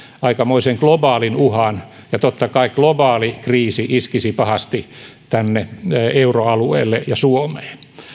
aikamoisen globaalin uhan ja totta kai globaali kriisi iskisi pahasti tänne euroalueelle ja suomeen